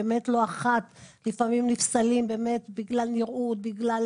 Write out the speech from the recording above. באמת לא אחת לפעמים נפסלים בגלל נראות ובגלל